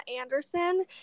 Anderson